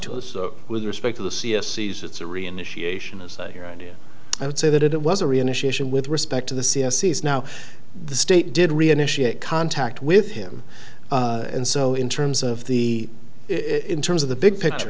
to us with respect to the c f c s it's a real initiation is that your idea i would say that it was a real initiation with respect to the c f c s now the state did reinitiate contact with him and so in terms of the in terms of the big picture